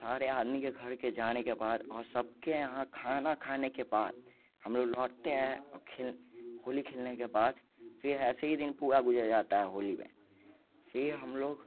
सारे आदमी के घर के जाने के बाद और सबके यहाँ खाना खाने के बाद हम लोग लौटते हैं और खेल होली खेलने के बाद फिर ऐसे ही दिन पूरा गुजर जाता है होली में फिर हम लोग